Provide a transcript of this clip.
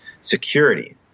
security